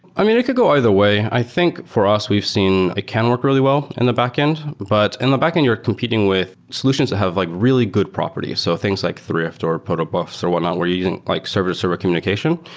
i mean, it could go either way. i think for us we've seen it ah can work really well in the backend, but in the backend you're competing with solutions that have like really good properties. so things like thrift or proto buffs or whatnot where you're using like server, server communication.